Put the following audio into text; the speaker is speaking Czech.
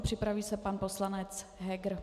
Připraví se pan poslanec Heger.